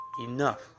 enough